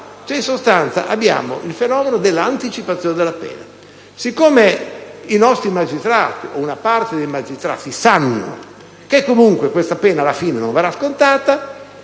In sostanza, abbiamo il fenomeno dell'anticipazione della pena: siccome una parte dei magistrati sa che comunque questa pena alla fine non verrà scontata,